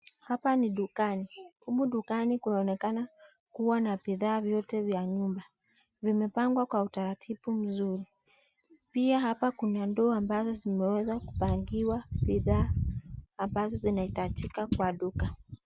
Hapa ni dukani. Humu dukani kunaonekana kuwa na bidhaa vyote yva nyumba. Vimepagwa kwa utaratibu mzuri pia hapa kuna ndoo ambazo zimewezwa kupagiwa bidhaa ambazo zina hitajika kwa duka.